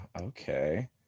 okay